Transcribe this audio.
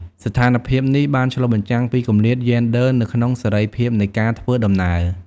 ស្ថានភាពនេះបានឆ្លុះបញ្ចាំងពីគម្លាតយេនដ័រនៅក្នុងសេរីភាពនៃការធ្វើដំណើរ។